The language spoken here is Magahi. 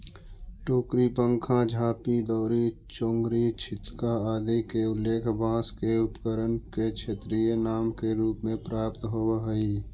टोकरी, पंखा, झांपी, दौरी, चोंगरी, छितका आदि के उल्लेख बाँँस के उपकरण के क्षेत्रीय नाम के रूप में प्राप्त होवऽ हइ